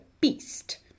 beast